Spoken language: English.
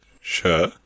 Sure